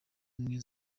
ubumwe